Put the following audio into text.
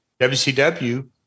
WCW